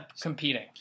competing